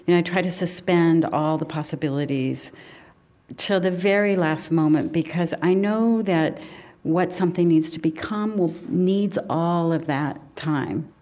and i try to suspend all the possibilities until the very last moment, because i know that what something needs to become needs all of that time